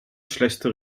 schlechte